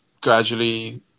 gradually